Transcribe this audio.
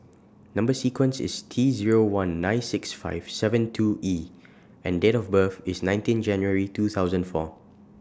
Number sequence IS T Zero one nine six five seven two E and Date of birth IS nineteen January two thousand and four